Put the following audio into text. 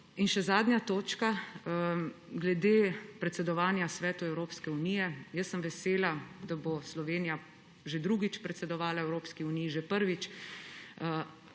Še zadnja točka, glede predsedovanja Svetu Evropske unije. Jaz sem vesela, da bo Slovenija že drugič predsedovala Evropski uniji. Že prvič